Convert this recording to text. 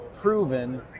Proven